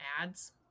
ads